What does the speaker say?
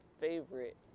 favorite